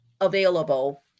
available